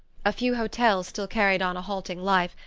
a few hotels still carried on a halting life,